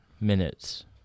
minutes